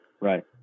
Right